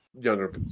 younger